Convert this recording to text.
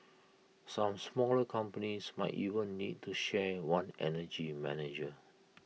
some smaller companies might even need to share one energy manager